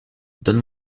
donne